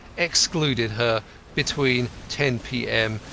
excluded her between ten p m.